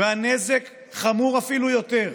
והנזק חמור אפילו יותר.